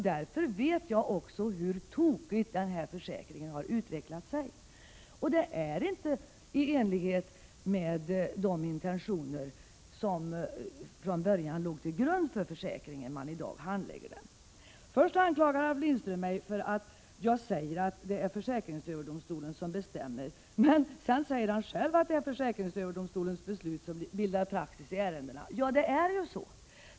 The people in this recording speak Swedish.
Därför vet jag också hur tokigt försäkringen har utvecklats. Man handlägger inte ärendena i enlighet med de intentioner som från början låg till grund för försäkringen. Först anklagar Ralf Lindström mig för att jag säger att det är försäkrings överdomstolen som bestämmer, men sedan säger han själv att det är försäkringsöverdomstolens beslut som bildar praxis i ärendena. Ja, det är ju så.